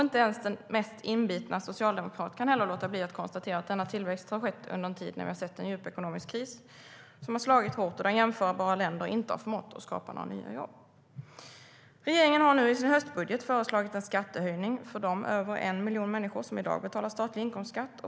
Inte ens den mest inbitna socialdemokrat kan heller låta bli att konstatera att denna tillväxt har skett under en tid när vi har sett en djup ekonomisk kris som har slagit hårt och där jämförbara länder inte har förmått att skapa några nya jobb. Regeringen har nu i sin höstbudget föreslagit en skattehöjning för de över en miljon människor som i dag betalar statlig inkomstskatt.